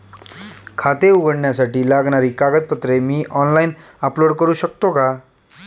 खाते उघडण्यासाठी लागणारी कागदपत्रे मी ऑनलाइन अपलोड करू शकतो का?